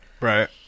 Right